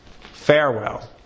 Farewell